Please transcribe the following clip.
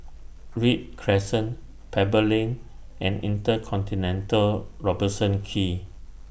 Read Crescent Pebble Lane and InterContinental Robertson Quay